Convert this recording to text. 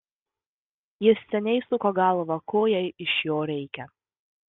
jis seniai suko galvą ko jai iš jo reikia